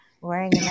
wearing